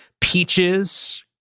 Peaches